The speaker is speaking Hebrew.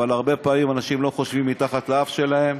אבל הרבה פעמים אנשים לא חושבים מתחת לאף שלהם.